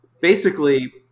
basically-